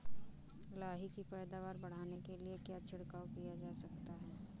लाही की पैदावार बढ़ाने के लिए क्या छिड़काव किया जा सकता है?